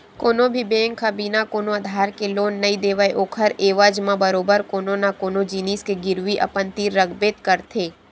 कोनो भी बेंक ह बिना कोनो आधार के लोन नइ देवय ओखर एवज म बरोबर कोनो न कोनो जिनिस के गिरवी अपन तीर रखबे करथे